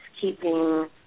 keeping